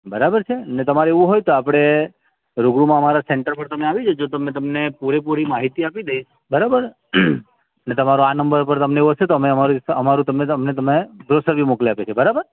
બરાબર છે ને તમારે એવું હોય તો આપણે રૂબરૂમાં અમારા સેંટર પર તમે આવી જજો તો અમે તમને પૂરે પૂરી માહિતી આપી દઇશ બરાબર ને તમારો આ નંબર પર તમને એવું હશે તો અમે અમારો સ અમારું તમને તમે બ્રોસર બી મોકલાવી આપીએ છે બરાબર